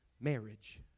Marriage